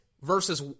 versus